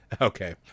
Okay